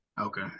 Okay